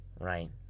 right